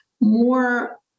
more